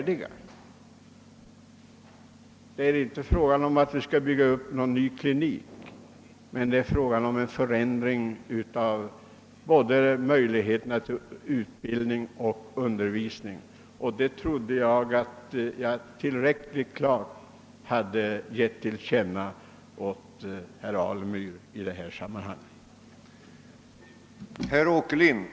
Det är inte fråga om att bygga upp en ny klinik, utan bara att ändra förutsättningarna för utbildning och undervisning. Jag trodde att jag hade klargjort detta tillräckligt för att herr Alemyr skulle inse det.